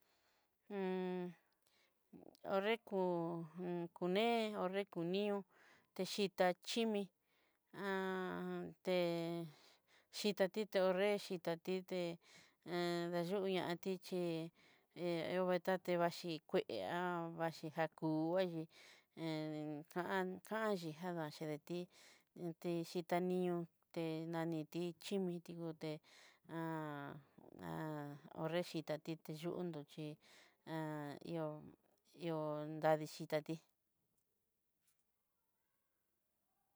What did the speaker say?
anreku kuné onrekunió te xhitá chimi é xhitate tonrexí xhitatí té yuñatí chí he vetati tachí kué xhí jakú vaxhí en kan kanxhí jadá vexhí detí en tichí tanío te naniti chimiti nguté a ho'nre xhitati teyú undú chí ó ihó dadixhitatí.